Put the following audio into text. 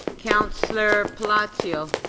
councillor palacio?